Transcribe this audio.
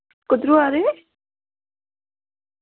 कुद्दरो आ दे